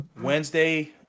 Wednesday